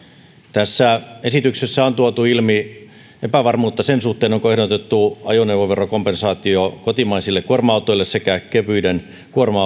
tässä esityksessä on tuotu ilmi epävarmuutta sen suhteen onko ehdotettu ajoneuvoverokompensaatio kotimaisille kuorma autoille sekä kevyiden kuorma